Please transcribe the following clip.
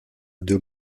deux